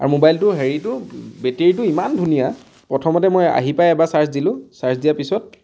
আৰু মোবাইলটোৰ হেৰিটো বেটেৰীটো ইমান ধুনীয়া প্ৰথমতে মই আহি পাই এবাৰ চাৰ্জ দিলোঁ চাৰ্জ দিয়া পিছত